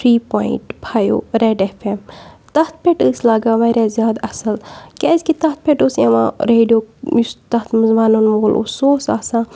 three point five red F M تَتھ پٮ۪ٹھ ٲسۍ لَگان واریاہ زیادٕ اَصٕل کیازکہِ تَتھ پٮ۪ٹھ اوس یِوان ریڈیو یُس تَتھ منٛز وَنُن وول اوس سُہ اوس آسان